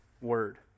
Word